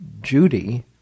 Judy